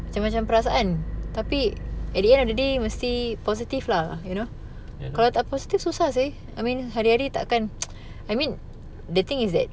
ya lah